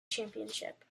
championship